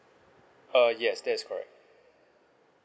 uh yes that is right